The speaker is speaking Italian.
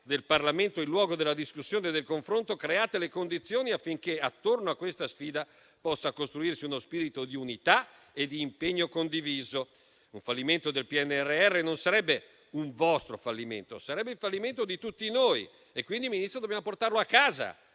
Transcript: del Parlamento il luogo della discussione e del confronto. Create le condizioni affinché attorno a questa sfida possa costruirsi uno spirito di unità e di impegno condiviso. Un fallimento del PNRR non sarebbe solo vostro, ma sarebbe il fallimento di tutti noi. Pertanto dobbiamo portare a casa